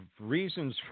reasons